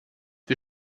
wir